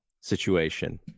situation